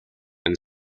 and